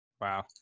Wow